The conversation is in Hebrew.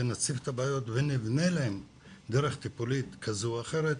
ונציף את הבעיות ונבנה להם דרך טיפולית כזו או אחרת,